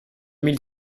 mille